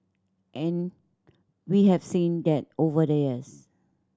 and we have seen that over the years